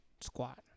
squat